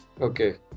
Okay